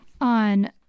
on